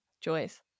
choice